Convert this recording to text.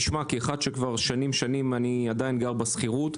כאחד שכבר שנים גר שכירות ועדיין גר בשכירות,